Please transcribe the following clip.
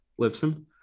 lipson